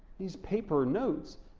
these paper notes,